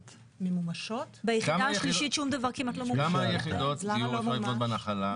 כמה יחידות דיור אפשר לבנות בנחלה?